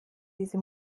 diese